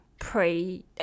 Pray